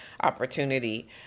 opportunity